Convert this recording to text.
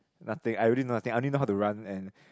nothing I really know nothing I only know how to run and